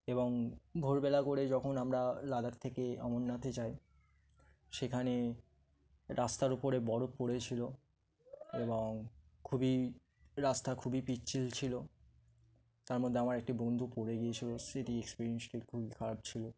এবং ভোরবেলা করে যখন আমরা লাদাখ থেকে অমরনাথে যাই সেখানে রাস্তার উপরে বরফ পড়েছিল এবং খুবই রাস্তা খুবই পিচ্ছিল ছিল তার মধ্যে আমার একটি বন্ধু পড়ে গিয়েছিল সেটির এক্সপিরিয়েন্সটি খুবই খারাপ ছিল